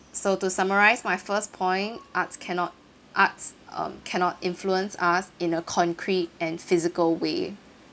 so to summarise my first point arts cannot arts um cannot influence us in a concrete and physical way